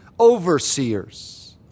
overseers